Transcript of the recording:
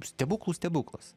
stebuklų stebuklas